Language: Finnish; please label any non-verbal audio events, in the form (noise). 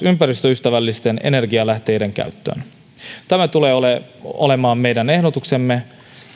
(unintelligible) ympäristöystävällisten energianlähteiden käyttöön tämä tulee olemaan meidän ehdotuksemme